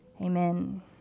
Amen